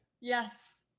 Yes